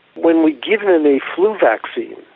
when we give them the flu vaccine